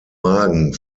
magen